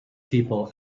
people